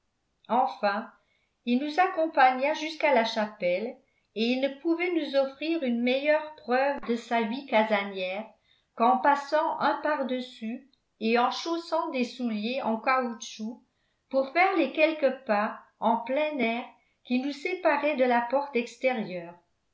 enfin il nous accompagna jusqu'à la chapelle et il ne pouvait nous offrir une meilleure preuve de sa vie casanière qu'en passant un pardessus et en chaussant des souliers en caoutchouc pour faire les quelques pas en plein air qui nous séparaient de la porte extérieure